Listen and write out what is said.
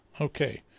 Okay